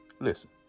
Listen